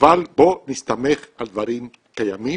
אבל בואו נסתמך על דברים קיימים.